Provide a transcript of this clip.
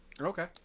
Okay